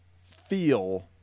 feel